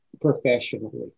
professionally